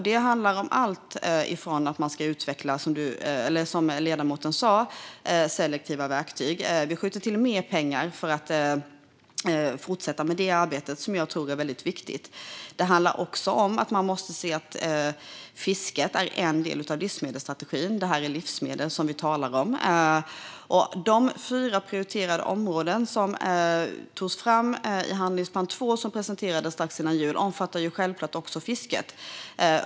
Det handlar exempelvis om att utveckla selektiva verktyg, som ledamoten tog upp. Vi skjuter till mer pengar för att fortsätta detta arbete, som jag tror är väldigt viktigt. Det handlar också om att se att fisket är en del av livsmedelsstrategin. Vi talar om livsmedel. De fyra prioriterade områden som togs fram i handlingsplan 2, vilken presenterades strax före jul, omfattar självklart också fisket.